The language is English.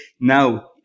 now